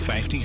15